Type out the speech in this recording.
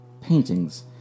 paintings